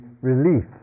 relief